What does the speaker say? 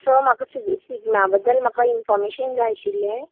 so म्हाका स्गमा बद्दल म्हाका इनफोर्मेशन जाय आशिल्लें